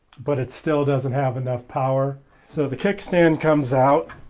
but it still doesnt have enough power so the kickstand comes out,